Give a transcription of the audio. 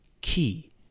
key